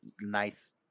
nice